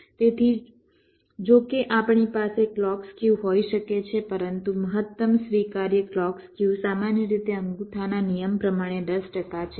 તેથી જો કે આપણી પાસે ક્લૉક સ્ક્યુ હોઈ શકે છે પરંતુ મહત્તમ સ્વીકાર્ય ક્લૉક સ્ક્યુ સામાન્ય રીતે અંગૂઠાના નિયમ પ્રમાણે 10 ટકા છે